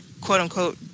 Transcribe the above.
quote-unquote